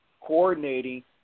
Coordinating